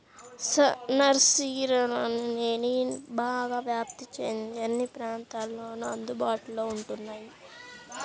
నర్సరీలనేవి నేడు బాగా వ్యాప్తి చెంది అన్ని ప్రాంతాలలోను అందుబాటులో ఉంటున్నాయి